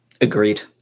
Agreed